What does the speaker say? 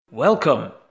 Welcome